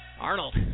arnold